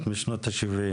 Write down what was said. לרשות חירום לאומית,